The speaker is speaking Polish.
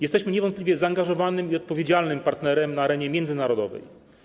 Jesteśmy niewątpliwie zaangażowanym i odpowiedzialnym partnerem na arenie międzynarodowej.